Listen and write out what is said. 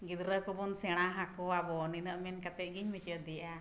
ᱜᱤᱫᱽᱨᱟᱹ ᱠᱚᱵᱚᱱ ᱥᱮᱬᱟ ᱦᱟᱠᱚᱣᱟᱵᱚᱱ ᱱᱤᱱᱟᱹᱜ ᱢᱮᱱ ᱠᱟᱛᱮᱫ ᱜᱤᱧ ᱢᱩᱪᱟᱹᱫᱮᱜᱼᱟ